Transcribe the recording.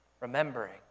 remembering